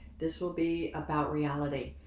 this will be about reality.